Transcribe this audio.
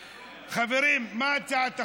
חברים, מה הצעת החוק?